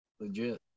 Legit